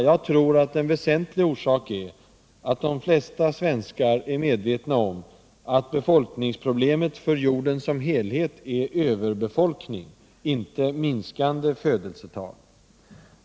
Jag tror att en väsentlig orsak är att de flesta svenskar är medvetna om att befolkningsproblemet för jorden som helhet är överbefolkning, inte minskande födelsetal.